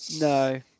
No